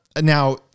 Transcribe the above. now